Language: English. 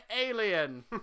alien